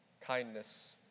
kindness